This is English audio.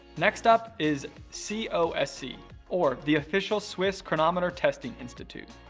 next up is c o s c or the official swiss chronometer testing institute.